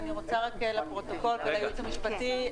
אני רוצה רק לפרוטוקול ולייעוץ המשפטי,